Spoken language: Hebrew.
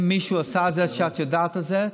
אם מישהו עשה את זה ואת יודעת את זה,